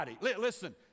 Listen